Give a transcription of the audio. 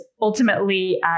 ultimately